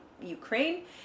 Ukraine